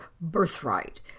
birthright